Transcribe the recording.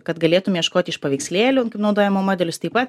kad galėtume ieškoti iš paveikslėlių kaip naudojama modelius taip pat